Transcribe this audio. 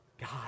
God